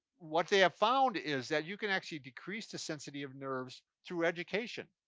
what they have found is that you can actually decrease the sensitivity of nerves through education.